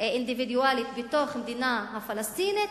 אינדיבידואלית בתוך המדינה הפלסטינית,